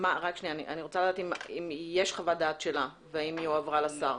אני רוצה לדעת האם יש חוות דעת שלה והאם היא הועברה לשר.